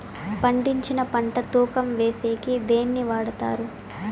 పండించిన పంట తూకం వేసేకి దేన్ని వాడతారు?